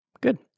Good